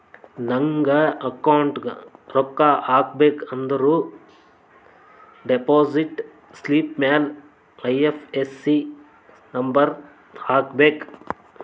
ನಂಗ್ ಅಕೌಂಟ್ಗ್ ರೊಕ್ಕಾ ಹಾಕಬೇಕ ಅಂದುರ್ ಡೆಪೋಸಿಟ್ ಸ್ಲಿಪ್ ಮ್ಯಾಲ ಐ.ಎಫ್.ಎಸ್.ಸಿ ನಂಬರ್ ಹಾಕಬೇಕ